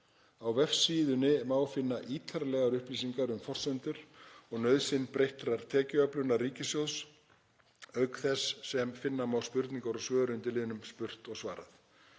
Á vefsíðunni má finna ítarlegar upplýsingar um forsendur og nauðsyn breyttrar tekjuöflunar ríkissjóðs, auk þess sem finna má spurningar og svör undir liðnum ,,Spurt og svarað“.